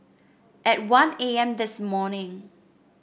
at one A M this morning